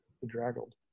bedraggled